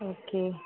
okay